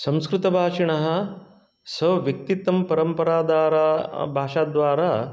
संस्कृतभाषिणः स्वव्यक्तित्वं परम्पराधारा भाषाद्वारा